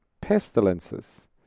pestilences